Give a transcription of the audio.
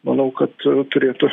manau kad turėtų